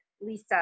Lisa